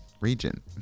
region